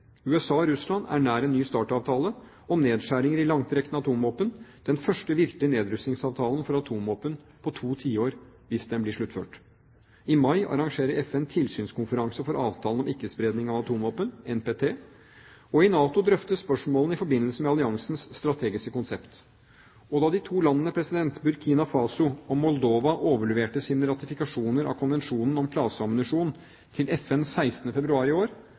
USA og Russland er nær en ny START-avtale om nedskjæringer i langtrekkende atomvåpen – den første virkelige nedrustningsavtalen for atomvåpen på to tiår, hvis den blir sluttført. I mai arrangerer FN tilsynskonferanse for avtalen om ikke-spredning av atomvåpen, NPT, og i NATO drøftes spørsmålene i forbindelse med alliansens strategiske konsept. Og da de to landene Burkina Faso og Moldova overleverte sine ratifikasjoner av Konvensjonen om klaseammunisjon til FN 16. februar i år,